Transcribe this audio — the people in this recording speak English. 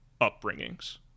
upbringings